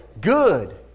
good